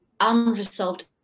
unresolved